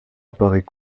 apparaît